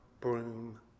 broom